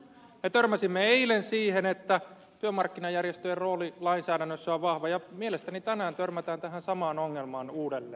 törmäsimme eilen siihen että työmarkkinajärjestöjen rooli lainsäädännössä on vahva ja mielestäni tänään törmätään tähän samaan ongelmaan uudelleen